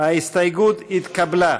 איילת נחמיאס ורבין, יצחק וקנין,